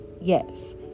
Yes